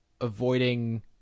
avoiding